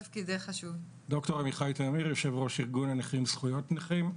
יו"ר ארגון הנכים זכויות נכים.